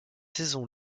saison